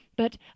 but